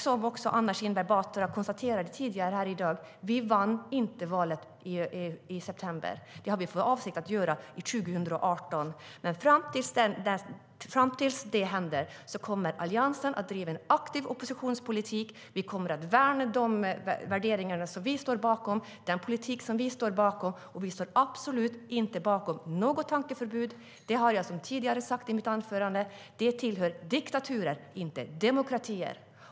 Som Anna Kinberg Batra konstaterade tidigare här i dag vann vi inte valet i september. Det har vi för avsikt att göra 2018, men fram tills det händer kommer Alliansen att driva en aktiv oppositionspolitik. Vi kommer att värna de värderingar och den politik som vi står bakom. Vi står absolut inte bakom något tankeförbud. Det har jag sagt i mitt tidigare anförande. Det tillhör diktaturer, inte demokratier.